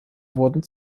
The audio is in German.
wurden